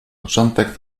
początek